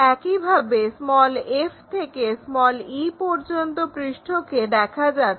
একইভাবে f থেকে e পর্যন্ত পৃষ্ঠকে দেখা যাচ্ছে